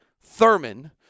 Thurman